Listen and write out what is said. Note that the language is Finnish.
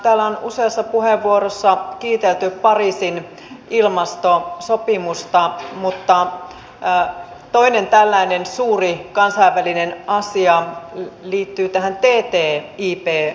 täällä on useassa puheenvuorossa kiitelty pariisin ilmastosopimusta mutta toinen tällainen suuri kansainvälinen asia liittyy tähän ttip sopimukseen